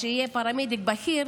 שיהיה פרמדיק בכיר,